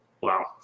Wow